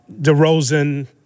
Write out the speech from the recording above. DeRozan